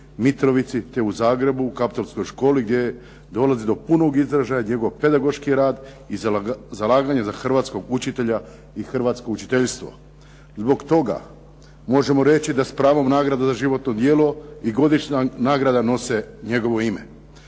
Mitrovici te u Zagrebu u kaptolskoj školi gdje dolazi do punog izražaja njegov pedagoški rad i zalaganje za hrvatskog učitelja i hrvatsko učiteljstvo. Zbog toga možemo reći da s pravom nagradu za životno djelo i godišnja nagrada nose njegovo ime.